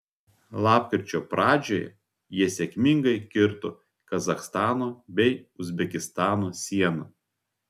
lapkričio pradžioje jie sėkmingai kirto kazachstano bei uzbekistano sieną